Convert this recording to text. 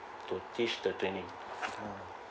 to teach the training